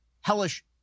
hellish